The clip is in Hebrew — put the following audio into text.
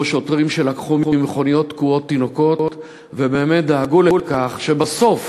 לשוטרים שלקחו ממכוניות תקועות תינוקות ובאמת דאגו לכך שבסוף